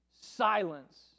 silence